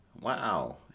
wow